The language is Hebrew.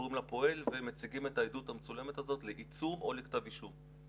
קוראים לפועל ומציגים את העדות המצולמת הזאת לעיצור או לכתב אישום.